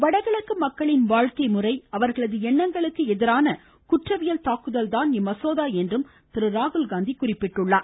வடகிழக்கு மக்களின் வாழ்க்கைமுறை அவர்களது எண்ணங்களுக்கு எதிரான குற்றவியல் தாக்குதல்தான் இம்மசோதா என்றும் அவர் குறிப்பிட்டார்